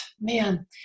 man